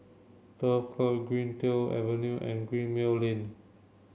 Turf Club Greendale Avenue and Gemmill Lane